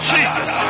Jesus